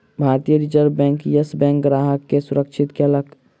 भारतीय reserve bank, Yes बैंकक ग्राहक के सुरक्षित कयलक